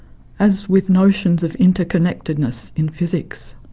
as with notions of inter-connectedness in physics.